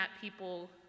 people